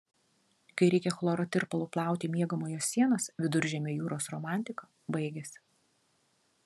kai reikia chloro tirpalu plauti miegamojo sienas viduržemio jūros romantika baigiasi